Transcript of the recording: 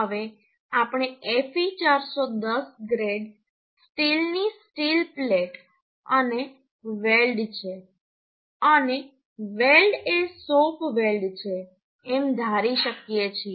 હવે આપણે Fe410 grade bolt સ્ટીલની સ્ટીલ પ્લેટ અને વેલ્ડ છે અને વેલ્ડ એ શોપ વેલ્ડ છે એમ ધારી શકીએ છીએ